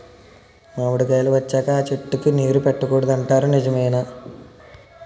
మామిడికాయలు వచ్చాక అ చెట్టుకి నీరు పెట్టకూడదు అంటారు నిజమేనా?